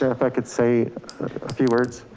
if i could say a few words,